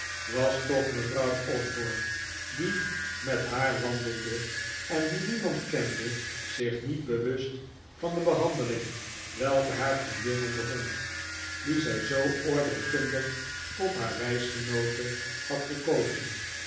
was toch mevrouw osborne die met haar wandelde en die niemand kende zich niet bewust van de behandeling welke haar vriendin ondervond die zij zoo oordeelkundig tot haar reisgenoote had gekozen